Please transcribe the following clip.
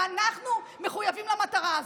ואנחנו מחויבים למטרה הזאת.